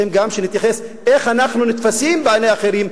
אנחנו צריכים גם להתייחס לשאלה איך אנחנו נתפסים בעיני אחרים,